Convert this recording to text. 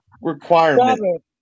requirement